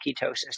ketosis